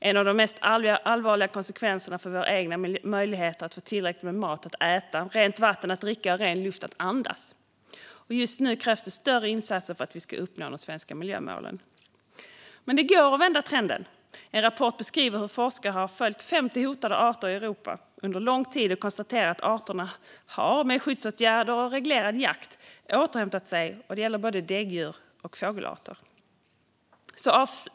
En av de mest allvarliga konsekvenserna rör våra egna möjligheter att få tillräckligt med mat att äta, rent vatten att dricka och ren luft att andas. Just nu krävs det större insatser för att vi ska uppnå de svenska miljömålen. Men det går att vända trenden: En rapport beskriver hur forskare som har följt 50 hotade arter i Europa under lång tid kan konstatera att arterna tack vare skyddsåtgärder och reglerad jakt har återhämtat sig. Det gäller både däggdjur och fågelarter.